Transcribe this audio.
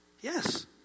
Yes